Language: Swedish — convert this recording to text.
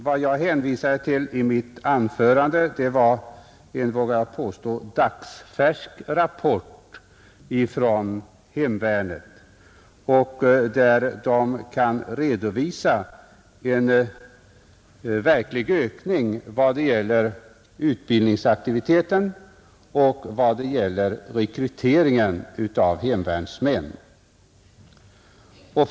Vad jag hänvisade till i mitt anförande var en, vågar jag påstå, dagsfärsk rapport från hemvärnet där en verklig ökning av utbildningsaktiviteten och rekryteringen av hemvärnsmän redovisas.